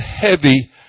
heavy